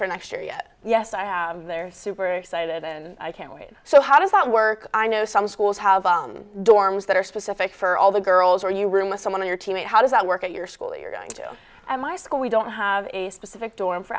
for next year yet yes i have they're super excited and i can't wait so how does that work i know some schools have dorms that are specific for all the girls are you room with someone on your team and how does that work at your school you're going to my school we don't have a specific dorm for